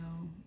no